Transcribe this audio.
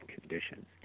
conditions